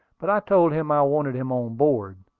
but i told him i wanted him on board.